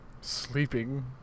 sleeping